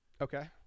Okay